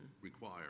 require